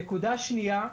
נקודה שנייה.